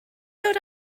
ddod